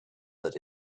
that